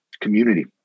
community